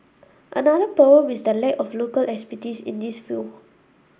another problem is the lack of local expertise in this field